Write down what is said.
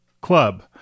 club